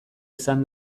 izan